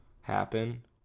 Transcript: happen